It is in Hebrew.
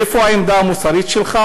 איפה העמדה המוסרית שלך,